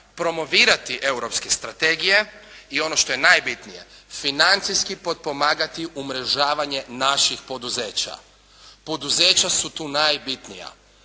promovirati europske strategije i ono što je najbitnije financijski potpomagati umrežavanje naših poduzeća. Poduzeća su tu najbitnija.